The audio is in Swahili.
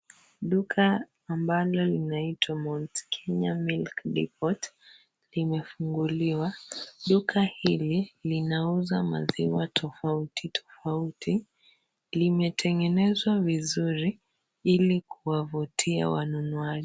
Duka ambalo linaitwa Mount Kenya milk depot limefunguliwa, duka hili linauza maziwa tofautitofauti, limetengenezwa vizuri ili kuwavutia wanunuaji.